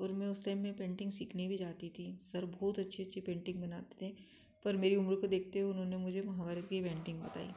और मैं उस समय में पेंटिंग सीखने भी जाती थी सर बहुत अच्छी अच्छी पेंटिंग बनाते पर मेरी उम्र को देखते हुए उन्होंने मुझे महाभारत की पेंटिंग बताई